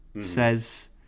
says